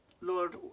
Lord